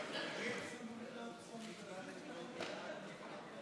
שם החוק וסעיף 1, כהצעת הוועדה, נתקבלו.